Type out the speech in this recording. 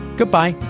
Goodbye